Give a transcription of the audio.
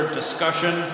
discussion